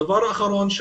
הדבר האחרון.